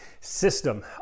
system